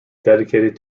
dedicated